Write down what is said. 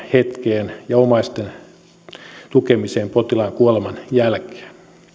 hetkeen ja omaisten tukemiseen potilaan kuoleman jälkeen